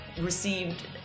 received